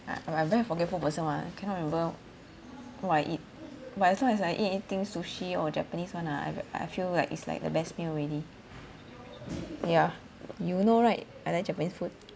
ah I very forgetful person [one] I cannot remember what I eat but as long as I eat eating sushi or japanese [one] ah I I feel like it's like the best meal already yeah you know right I like japanese food